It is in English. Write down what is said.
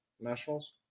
Nationals